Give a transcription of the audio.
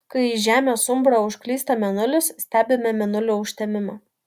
kai į žemės umbrą užklysta mėnulis stebime mėnulio užtemimą